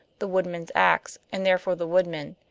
the woodman's ax, and therefore the woodman.